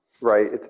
right